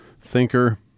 thinker